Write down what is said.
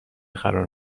قرار